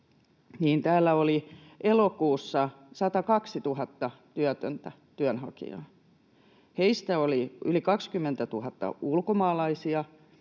täällä oli elokuussa 102 000 työtöntä työnhakijaa. Heistä oli yli 20 000 ulkomaalaisia,